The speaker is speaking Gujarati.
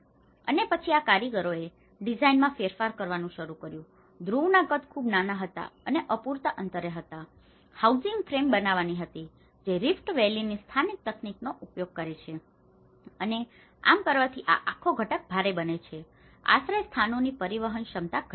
અને પછી આ કારીગરોએ ડિઝાઇનમાં ફેરફાર કરવાનું શરૂ કર્યું ધ્રુવના કદ ખૂબ નાના હતા અને અપૂરતા અંતરે હતા હાઉસિંગ ફ્રેમ બનાવી હતી જે રીફ્ટ વેલીની સ્થાનિક તકનીકનો ઉપયોગ કરે છે અને આમ કરવાથી આ આખો ઘટક ભારે બને છે અને આશ્રયસ્થાનોની પરિવહનક્ષમતા ઘટાડે છે